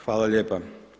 Hvala lijepo.